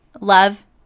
love